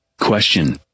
Question